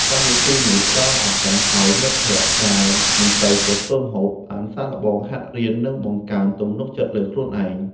កម្មវិធីនេះផ្ដល់ឱកាសឱ្យមិត្តភក្តិដែលមិនសូវចេះធ្វើម្ហូប បានសាកល្បងហាត់រៀន និងបង្កើនទំនុកចិត្តលើខ្លួនឯង។